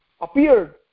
appeared